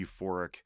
euphoric